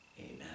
amen